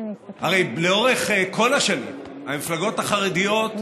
הרי לאורך כל השנים המפלגות החרדיות,